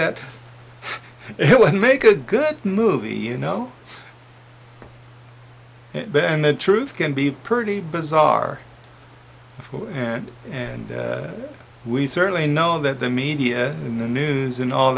that he would make a good movie you know and the truth can be pretty bizarre and and we certainly know that the media in the news in all